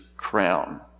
crown